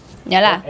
ya lah